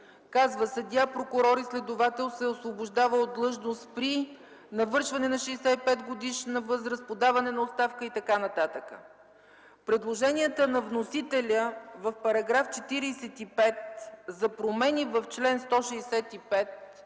казва: „Съдия, прокурор и следовател се освобождава от длъжност при навършване на 65-годишна възраст, подаване на оставка” и т.н. Предложението на вносителя в § 45 за промени в чл. 165